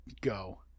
go